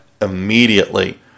Immediately